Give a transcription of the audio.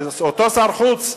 שאותו שר חוץ,